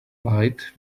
light